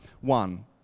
one